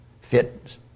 fit